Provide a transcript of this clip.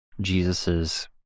jesus's